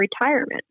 retirement